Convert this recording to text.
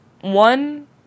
one